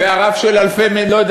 והרב של אלפי-מנשה,